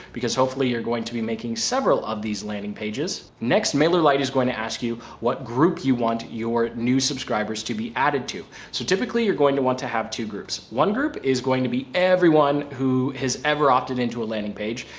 because hopefully you're going to be making several of these landing pages. next, mailerlite is going to ask you what group you want your new subscribers to be added to. so typically you're going to want to have two groups. one group is going to be everyone who has ever opted into a landing page.